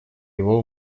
его